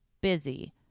busy